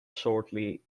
shortly